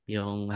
Yung